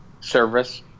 service